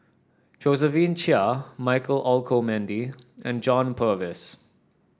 Josephine Chia Michael Olcomendy and John Purvis